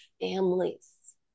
families